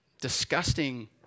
disgusting